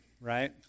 right